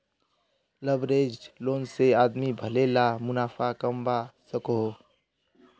leveraged loan से आदमी भले ला मुनाफ़ा कमवा सकोहो